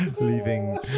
leaving